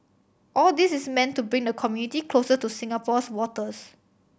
all this is meant to bring the community closer to Singapore's waters